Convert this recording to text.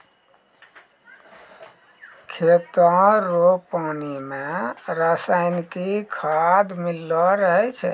खेतो रो पानी मे रसायनिकी खाद मिल्लो रहै छै